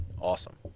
awesome